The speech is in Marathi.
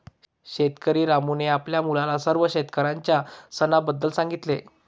शेतकरी रामूने आपल्या मुलाला सर्व शेतकऱ्यांच्या सणाबद्दल सांगितले